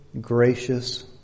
gracious